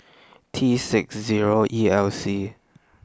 T six Zero E L C